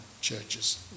churches